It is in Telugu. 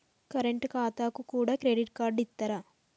కరెంట్ ఖాతాకు కూడా క్రెడిట్ కార్డు ఇత్తరా?